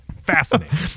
Fascinating